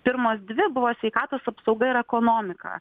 pirmos dvi buvo sveikatos apsauga ir ekonomika